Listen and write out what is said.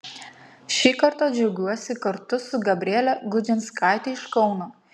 šį kartą džiaugiuosi kartu su gabriele gudžinskaite iš kauno